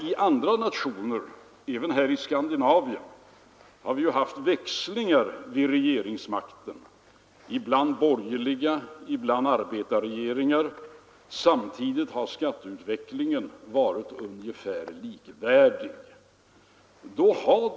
I andra nationer — även här i Skandinavien — har man haft växlingar vid regeringsmakten, ibland borgerliga regeringar, ibland arbetarregeringar. Skatteutvecklingen har varit ungefär densamma som hos oss.